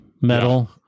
metal